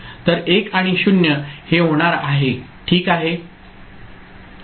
तर 1 आणि 0 हे होणार आहे ठीक आहे